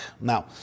Now